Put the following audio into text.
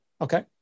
Okay